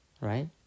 right